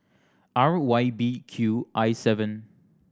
R Y B Q I seven